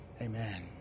Amen